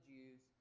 Jews